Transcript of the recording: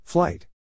Flight